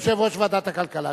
יושב-ראש ועדת הכלכלה,